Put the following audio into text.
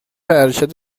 ارشد